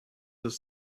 this